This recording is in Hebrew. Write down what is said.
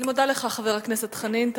אני מודה לך, חבר הכנסת חנין.